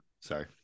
Sorry